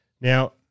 Now